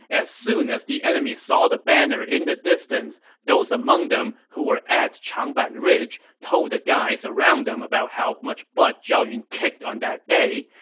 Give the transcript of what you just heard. as soon as the enemy saw the banner in the distance, those among them who were at changban ridge told the guys around them about how much butt zhao yun kicked on that day,